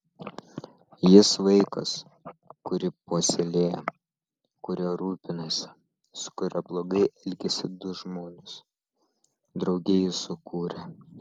jis vaikas kurį puoselėja kuriuo rūpinasi su kuriuo blogai elgiasi du žmonės drauge jį sukūrę